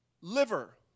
liver